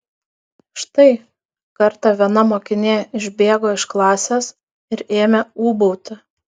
štai kartą viena mokinė išbėgo iš klasės ir ėmė ūbauti